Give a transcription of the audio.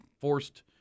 forced